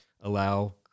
allow